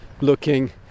looking